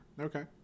Okay